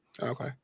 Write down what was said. Okay